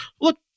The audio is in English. Look